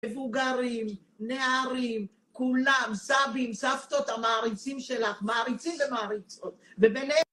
מבוגרים, נערים, כולם, סבים, סבתות, המעריצים שלך, מעריצים ומעריצות. ובניהם